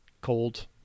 cold